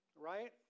right